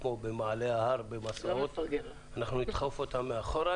כמו במעלה ההר במסעות, אנחנו נדחף אותם מאחורה.